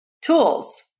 Tools